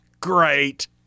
Great